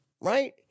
right